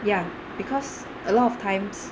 ya because a lot of times